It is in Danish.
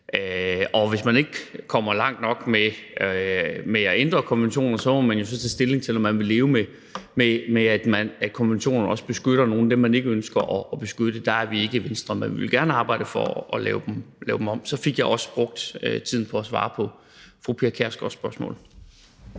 Og hvis man ikke kommer langt nok med at ændre konventionen, må man så tage stilling, om man vil leve med, at konventioner også beskytter nogle af dem, man ikke ønsker at beskytte. Der er vi ikke i Venstre, men vi vil gerne arbejde for at lave dem om – så fik jeg også brugt tiden på at svare på fru Pia Kjærsgaards spørgsmål.